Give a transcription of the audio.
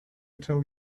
tell